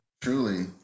truly